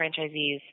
franchisees